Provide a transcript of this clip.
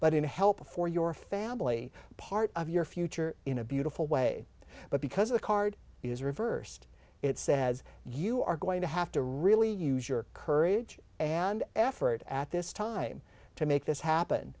but in a helpful for your family part of your future in a beautiful way but because the card is reversed it says you are going to have to really use your courage and effort at this time to make this happen